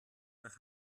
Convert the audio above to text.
nach